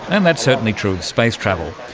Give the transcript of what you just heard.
and that's certainly true of space travel.